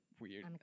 weird